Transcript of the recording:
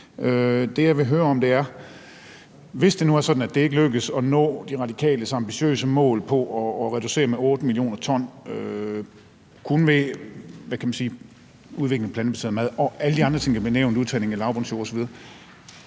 Det, jeg vil høre om, er: Hvis det nu er sådan, at det ikke lykkes at nå De Radikales ambitiøse mål om at reducere med 8 mio. t kun ved at udvikle plantebaseret mad og alle de andre ting, der blev nævnt, f.eks. udtagning af lavbundsjorde osv.,